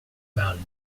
valli